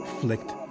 flicked